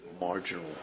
Marginal